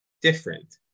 different